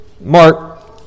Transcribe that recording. Mark